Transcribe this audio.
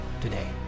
today